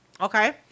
Okay